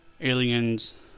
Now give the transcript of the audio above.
aliens